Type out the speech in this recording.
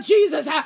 Jesus